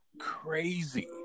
crazy